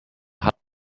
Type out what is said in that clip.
hat